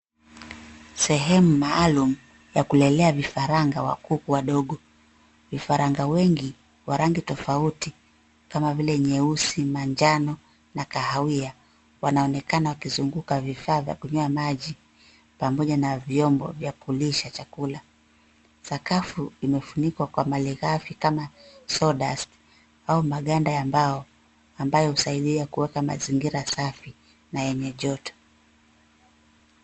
Sehemu maalum ya kulelea vifaranga wa kuku wadogo, vifaranga wengi wa rangi tofauti kama vile nyeusi, manjano na kahawia, wanaonekana wakizunguka vifaa vya kunywea maji pamoja na vyombo vya kulisha chakula. Sakafu imefunikwa kwa malegafi kama vile saw dust au maganda ya mbao ambayo husaidia kuweka mazingira safi na yenye joto.